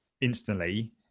instantly